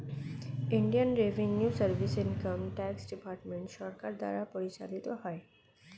Indian revenue service income tax department সরকার দ্বারা পরিচালিত হয়